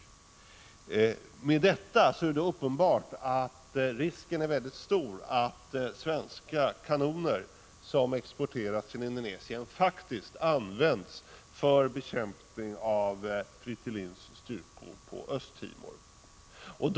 I och med detta är det uppenbart att risken är mycket stor att svenska kanoner som exporteras till Indonesien faktiskt används för bekämpning av Fretilins styrkor på Östra Timor.